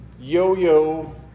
yo-yo